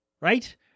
right